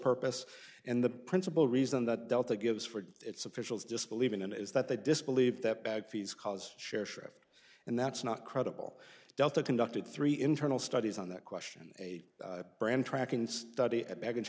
purpose and the principal reason that delta gives for its officials just believing in it is that they disbelieve that bag fees cause share shift and that's not credible delta conducted three internal studies on that question a brand tracking study a